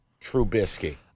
Trubisky